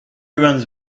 runs